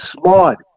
smart